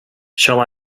shall